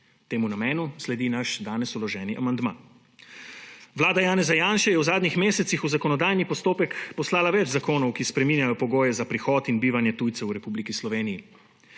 Temu namenu sledi naš danes vloženi amandma. Vlada Janeza Janše je v zadnjih mesecih v zakonodajni postopek poslala več zakonov, ki spreminjajo pogoje za prihod in bivanje tujcev v Republiki Sloveniji.